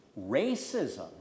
racism